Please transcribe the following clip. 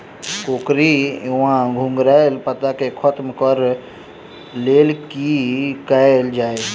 कोकरी वा घुंघरैल पत्ता केँ खत्म कऽर लेल की कैल जाय?